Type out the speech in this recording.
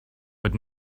but